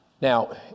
Now